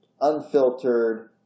unfiltered